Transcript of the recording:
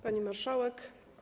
Pani Marszałek!